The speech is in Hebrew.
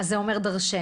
זה אומר דרשני.